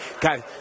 guys